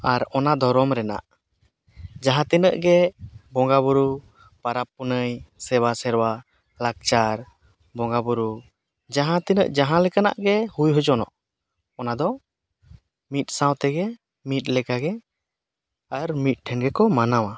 ᱟᱨ ᱚᱱᱟ ᱫᱷᱚᱨᱚᱢ ᱨᱮᱱᱟᱜ ᱡᱟᱦᱟᱸ ᱛᱤᱱᱟᱹᱜ ᱜᱮ ᱵᱚᱸᱜᱟᱼᱵᱩᱨᱩ ᱯᱚᱨᱚᱵᱽᱼᱯᱩᱱᱟᱹᱭ ᱥᱮᱵᱟ ᱥᱮᱨᱚᱣᱟ ᱞᱟᱠᱪᱟᱨ ᱵᱚᱸᱜᱟᱼᱵᱩᱨᱩ ᱡᱟᱦᱟᱸ ᱛᱤᱱᱟᱹᱜ ᱡᱟᱦᱟᱸ ᱞᱮᱠᱟᱱᱟᱜ ᱜᱮ ᱦᱩᱭ ᱦᱚᱪᱚᱱᱟᱜ ᱚᱱᱟᱫᱚ ᱢᱤᱫ ᱥᱟᱶ ᱛᱮᱜᱮ ᱢᱤᱫ ᱞᱮᱠᱟᱜᱮ ᱟᱨ ᱢᱤᱫᱴᱷᱮᱱ ᱜᱮᱠᱚ ᱢᱟᱱᱟᱣᱟ